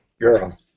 girl